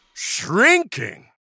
shrinking